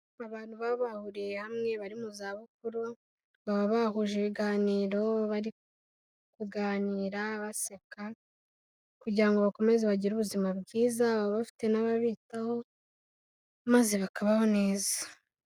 Abantu baba bahuriye hamwe bari mu zabukuru, baba bahuje ibiganiro bari kuganira baseka kugira ngo bakomeze bagire ubuzima bwiza, baba bafite n'ababitaho maze bakabaho neza.